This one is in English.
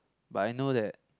but I know that